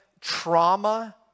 Trauma